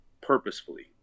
purposefully